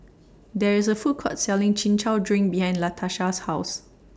There IS A Food Court Selling Chin Chow Drink behind Latasha's House